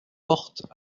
porte